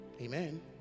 Amen